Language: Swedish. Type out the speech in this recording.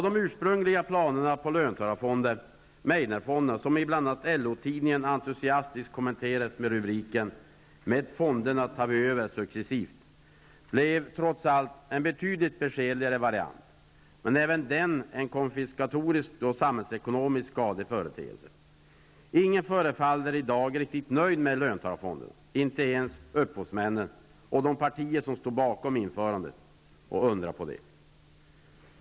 Meidnerfonderna, som i bl.a. LO-tidningen entusiastiskt kommenterades med rubriken: ''Med fonderna tar vi över successivt'' -- blev, trots allt, en betydligt beskedligare variant -- men även den en konfiskatorisk och samhällsekonomiskt skadlig företeelse. Ingen förefaller i dag riktigt nöjd med löntagarfonderna -- inte ens upphovsmännen och de partier som stod bakom införandet. Och undra på det.